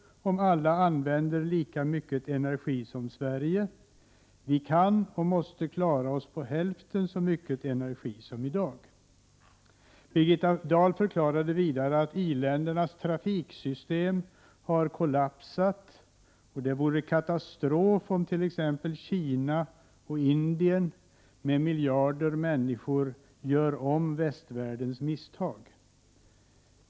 Birgitta Dahl förklarade vidare att i-ländernas trafiksystem har kollapsat och att det vore en katastrof om t.ex. Kina och Indien med miljarder människor gör om västvärldens misstag.